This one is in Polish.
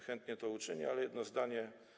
Chętnie to uczynię, ale jedno zdanie.